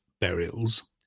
burials